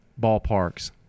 ballparks